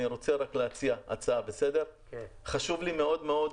אני רוצה להציע הצעה: חשוב לי מאוד-מאוד,